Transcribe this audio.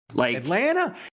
Atlanta